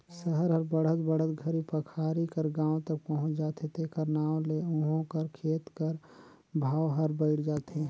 सहर हर बढ़त बढ़त घरी पखारी कर गाँव तक पहुंच जाथे तेकर नांव ले उहों कर खेत कर भाव हर बइढ़ जाथे